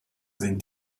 sind